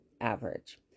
average